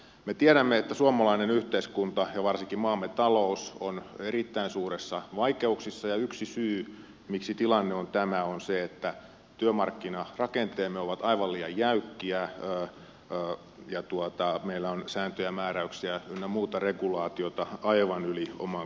me tiedämme että suomalainen yhteiskunta ja varsinkin maamme talous on erittäin suurissa vaikeuksissa ja yksi syy miksi tilanne on tämä on se että työmarkkinarakenteemme ovat aivan liian jäykkiä ja meillä on sääntöjä ja määräyksiä ynnä muuta regulaatiota aivan yli oman kotitarpeen